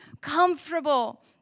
comfortable